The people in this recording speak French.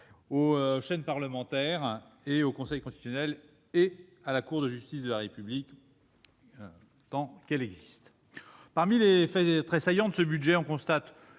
aux chaînes parlementaires, au Conseil constitutionnel et à la Cour de justice de la République, tant que celle-ci existera. Parmi les traits saillants de ce budget, on observe